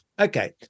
Okay